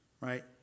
right